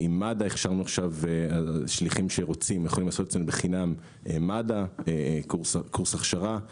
עם מד"א והכשרנו עכשיו שליחים שעברו קורס הכשרה במד"א.